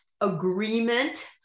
agreement